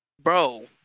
bro